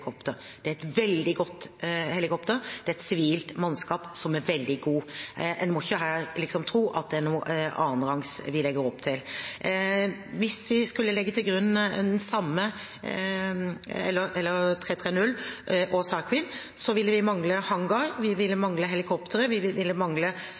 Det er et veldig godt helikopter, og det er et sivilt mannskap som er veldig godt. En må ikke her tro at det er noe annenrangs vi legger opp til. Hvis vi skulle legge til grunn 330-skvadronen og SAR Queen, så ville vi mangle hangar, vi ville mangle helikoptre, og vi ville